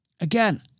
again